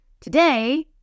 today